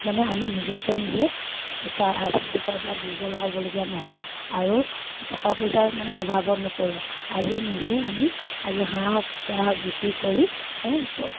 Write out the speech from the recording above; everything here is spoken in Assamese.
মানে আমি নিজকে নিজে তাৰ আৰ্থিক দিশৰ পৰা দুৰ্বল হ'বলগীয়া নহয় আৰু টকা পইচাৰ মানে অভাৱত নপৰোঁ আজি নিজে আমি আজি হাঁহ হওক কুকুৰা হওক বিক্ৰী কৰি সেয়ে